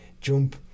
jump